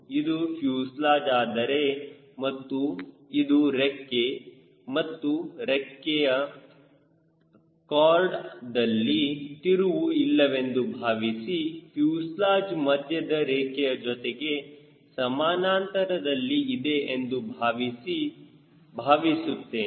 ಇದು ಫ್ಯೂಸೆಲಾಜ್ ಆದರೆ ಮತ್ತು ಇದು ರೆಕ್ಕೆ ಮತ್ತು ರೆಕ್ಕೆಯ ಕಾರ್ಡ್ದಲ್ಲಿ ತಿರುವು ಇಲ್ಲವೆಂದು ಭಾವಿಸಿ ಫ್ಯೂಸೆಲಾಜ್ ಮಧ್ಯದ ರೇಖೆಯ ಜೊತೆಗೆ ಸಮಾನಾಂತರದಲ್ಲಿ ಇದೆ ಎಂದು ಭಾವಿಸಿ ಭಾವಿಸುತ್ತೇನೆ